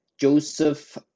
Joseph